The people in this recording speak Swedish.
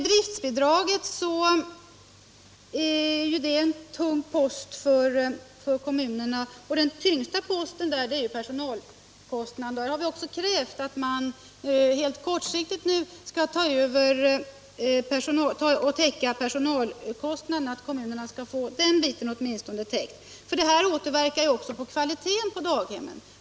Driftbidraget har stor betydelse för kommunerna, och den tyngsta posten för dem är personalkostnaderna. Vi har därför krävt att staten kortsiktigt skall täcka åtminstone dessa kostnader. Det nuvarande driftbidraget inverkar också på daghemmens kvalitet.